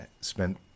spent